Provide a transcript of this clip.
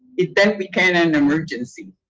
it then became an emergency.